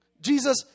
Jesus